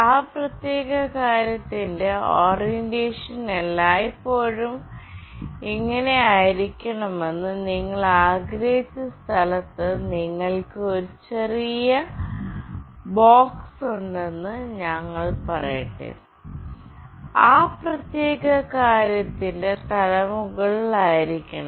ആ പ്രത്യേക കാര്യത്തിന്റെ ഓറിയന്റേഷൻ എല്ലായ്പ്പോഴും ഇങ്ങനെയായിരിക്കണമെന്ന് നിങ്ങൾ ആഗ്രഹിച്ച സ്ഥലത്ത് നിങ്ങൾക്ക് ഒരു ചെറിയ ബോക്സ് ഉണ്ടെന്ന് ഞങ്ങൾ പറയട്ടെ ആ പ്രത്യേക കാര്യത്തിന്റെ തല മുകളിലായിരിക്കണം